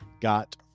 got